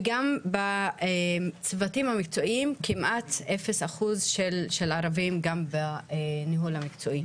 וגם בצוותים המקצועיים כמעט אפס אחוז של ערבים גם בניהול המקצועי.